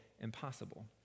impossible